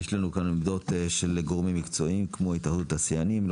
יש לנו כאן עמדות של גורמים מקצועיים כמו התאחדות התעשיינים,